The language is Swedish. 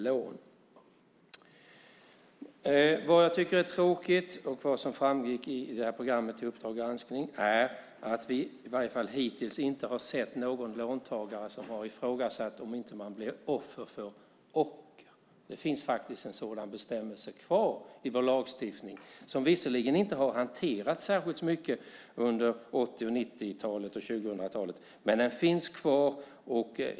Något som jag tycker är tråkigt och som framgick i programmet Uppdrag granskning är att vi i varje fall hittills inte har sett att någon låntagare har ifrågasatt om man inte blir ett offer för ocker. En sådan bestämmelse finns faktiskt kvar i vår lagstiftning. Visserligen har den inte hanterats särskilt mycket under 1980 och 1990-talen och hittills under 2000-talet. Men den finns kvar.